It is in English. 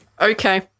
Okay